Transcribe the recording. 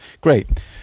Great